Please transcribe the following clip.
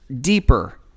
deeper